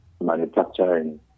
manufacturing